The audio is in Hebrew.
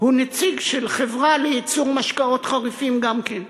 הוא נציג של חברה לייצור משקאות חריפים גם כן.